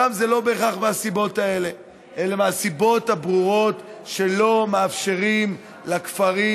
שם זה לא בהכרח מהסיבות האלה אלא מהסיבות הברורות שלא מאפשרים לכפרים,